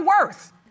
worth